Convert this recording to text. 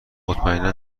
مطمئنا